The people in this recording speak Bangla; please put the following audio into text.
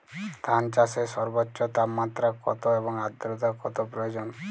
ধান চাষে সর্বোচ্চ তাপমাত্রা কত এবং আর্দ্রতা কত প্রয়োজন?